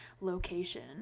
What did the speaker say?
location